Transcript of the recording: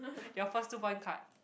your first two point card